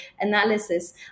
analysis